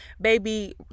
baby